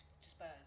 Spurs